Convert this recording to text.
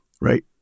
right